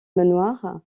noir